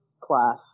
class